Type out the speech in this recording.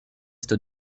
est